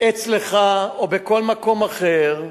אצלך או בכל מקום אחר,